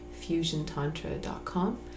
fusiontantra.com